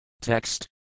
Text